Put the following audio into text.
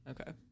Okay